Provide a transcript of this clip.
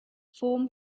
form